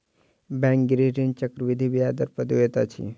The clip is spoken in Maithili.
बैंक गृह ऋण चक्रवृद्धि ब्याज दर पर दैत अछि